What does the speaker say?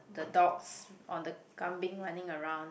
the dogs or the kambing running around